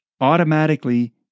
automatically